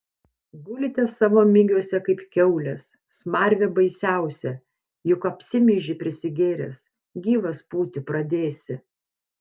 gulite savo migiuose kaip kiaulės smarvė baisiausia juk apsimyži prisigėręs gyvas pūti pradėsi